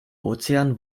ozean